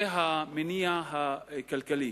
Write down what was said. זה המניע הכלכלי.